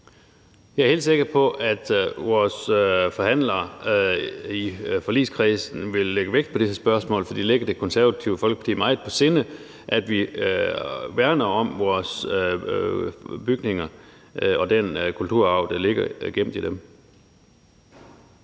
Jeg er helt sikker på, at vores forhandlere i forligskredsen vil lægge vægt på det her spørgsmål, for det ligger Det Konservative Folkeparti meget på sinde, at vi værner om vores bygninger og den kulturarv, der ligger gemt i dem.